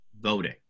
voting